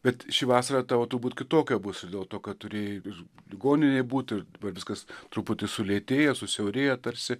bet ši vasara tavo turbūt kitokia bus dėl to kad turėjai ligoninėje būti dabar viskas truputį sulėtėja susiaurėja tarsi